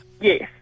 Yes